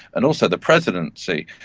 and also the presidency,